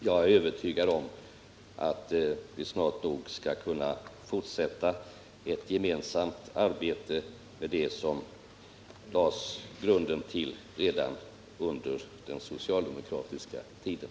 Jag är övertygad om att vi snart nog skall kunna fortsätta det gemensamma arbete som vi lade grunden till redan under den socialdemokratiska tiden.